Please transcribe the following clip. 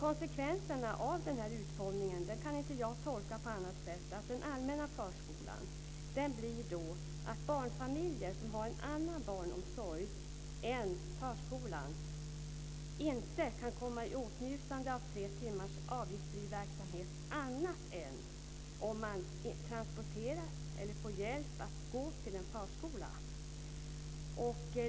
Konsekvenserna av denna utformning kan jag inte tolka på annat sätt än att den allmänna förskolan innebär att barnfamiljer som har en annan barnomsorg än förskola inte kan komma i åtnjutande av tre timmars avgiftsfri verksamhet annat än om barnen transporteras eller får hjälp med att gå till en förskola.